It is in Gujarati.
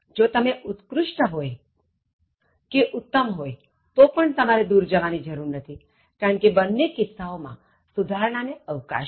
જો તમેઉત્ક્રુષ્ટ કે ઉત્તમ હોય તોપણ તમારે દૂર જવાની જરૂર નથીકારણ કે બન્ને કિસ્સાઓ માં સુધારણા ને અવકાશ છે